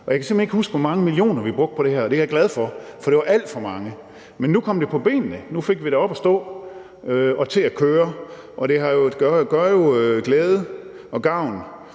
hen ikke huske, hvor mange millioner vi brugte på det her, og det er glad for, for det var alt for mange. Men nu kom det på benene, nu fik vi det op at stå og til at køre, og det gør glæde og gavn,